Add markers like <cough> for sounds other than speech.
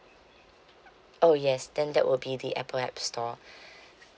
oh yes then that will be the apple app store <breath>